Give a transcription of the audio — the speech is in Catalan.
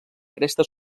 cresta